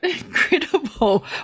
incredible